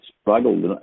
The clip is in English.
struggled